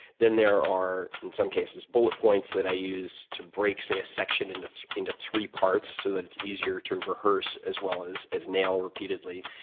then there are, in some cases, bullet points that i use to break a section into into three parts so that it's easier to rehearse as well as as nail repeatedly.